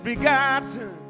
Begotten